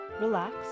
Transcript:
relax